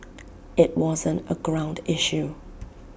IT wasn't A ground issue